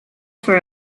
for